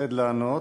מפחד לענות,